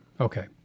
Okay